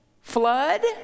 flood